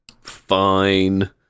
fine